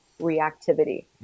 reactivity